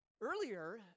Earlier